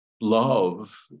love